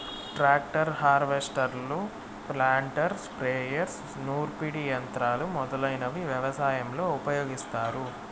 tractor, హార్వెస్టర్లు, planter, sprayers, నూర్పిడి యంత్రాలు మొదలైనవి వ్యవసాయంలో ఉపయోగిస్తారు